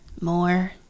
more